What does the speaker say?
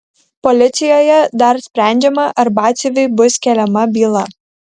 policijoje dar sprendžiama ar batsiuviui bus keliama byla